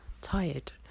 tired